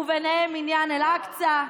וביניהם עניין אל-אקצא,